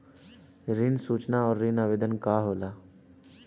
ऋण सूचना और ऋण आवेदन का होला?